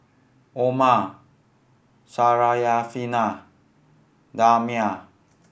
Omar Syarafina Damia